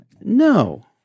No